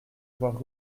voir